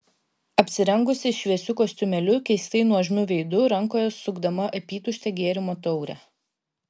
apsirengusi šviesiu kostiumėliu keistai nuožmiu veidu rankoje sukdama apytuštę gėrimo taurę